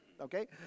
okay